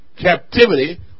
captivity